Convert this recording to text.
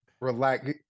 Relax